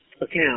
account